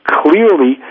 clearly